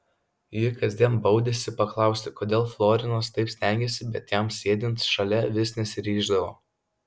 ji kasdien baudėsi paklausti kodėl florinas taip stengiasi bet jam sėdint šalia vis nesiryždavo